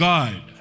God